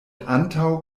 antaŭ